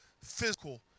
physical